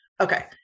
Okay